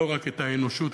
לא רק את האנושות,